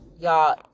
y'all